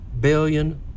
billion